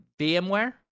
VMware